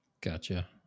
Gotcha